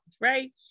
right